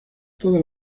todas